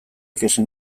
ikasi